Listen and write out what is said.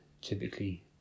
typically